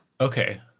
Okay